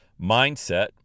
Mindset